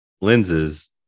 lenses